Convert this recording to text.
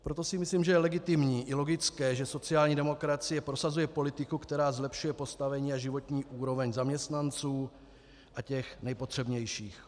Proto si myslím, že je legitimní i logické, že sociální demokracie prosazuje politiku, která zlepšuje postavení a životní úroveň zaměstnanců a těch nejpotřebnějších.